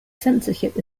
censorship